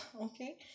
okay